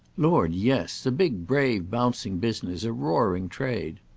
lord, yes a big brave bouncing business. a roaring trade.